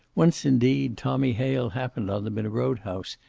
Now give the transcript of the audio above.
once, indeed, tommy hale happened on them in a road-house,